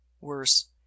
worse